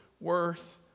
worth